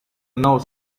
knows